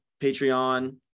Patreon